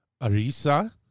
arisa